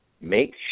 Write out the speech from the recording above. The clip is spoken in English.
make